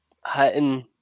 Hutton